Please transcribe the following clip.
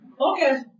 Okay